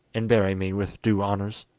and bury me with due honours